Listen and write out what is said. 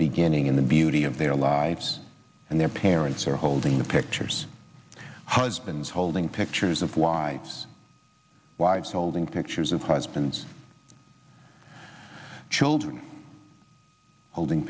beginning in the beauty of their lives and their parents are holding the pictures husbands holding pictures of wives wives holding pictures of president children holding